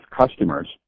customers